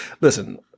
listen